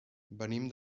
venim